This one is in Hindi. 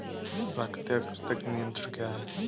प्राकृतिक कृंतक नियंत्रण क्या है?